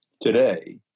today